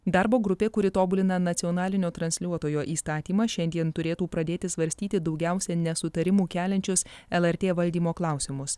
darbo grupė kuri tobulina nacionalinio transliuotojo įstatymą šiandien turėtų pradėti svarstyti daugiausiai nesutarimų keliančius lrt valdymo klausimus